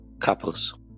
couples